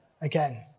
again